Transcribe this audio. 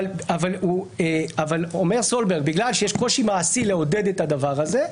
אבל אומר סולברג שבגלל שיש קושי מעשי לעודד את הדבר הזה,